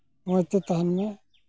ᱢᱚᱡᱽᱛᱮ ᱛᱟᱦᱮᱱ ᱢᱮ